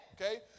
Okay